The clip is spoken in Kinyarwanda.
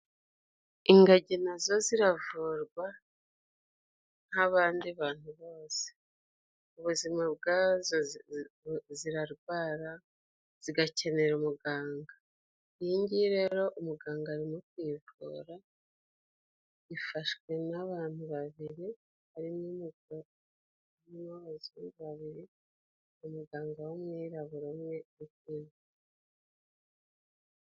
Ingagi nazo ziravurwa nk'abandi bantu bose, ubuzima bwazo zirarwara zigakenera umuganga. Iyi ngiyi rero umuganga arimo kuyivura, ifashwe n'abantu babiri harimo abazu babiri, umuganga w'umwirabura umwe.